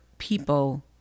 people